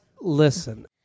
listen